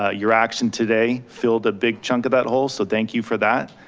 ah your action today filled a big chunk of that hole. so thank you for that.